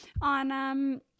on